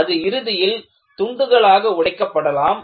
அது இறுதியில் துண்டுகளாக உடைக்கப்படலாம்